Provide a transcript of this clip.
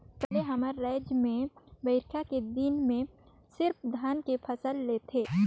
पहिले हमर रायज में बईरखा के दिन में सिरिफ धान के फसल लेथे